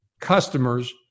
customers